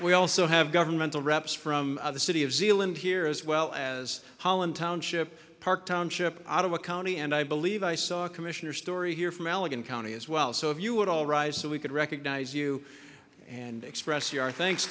we also have governmental reps from the city of zealand here as well as holland township park township ottawa county and i believe i saw commissioner story here from allegan county as well so if you would all rise so we could recognize you and express your th